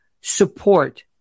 support